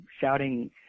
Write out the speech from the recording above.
shouting